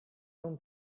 non